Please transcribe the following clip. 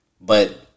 But-